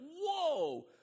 whoa